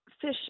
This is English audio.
fish